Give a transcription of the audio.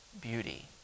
beauty